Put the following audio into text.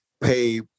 pay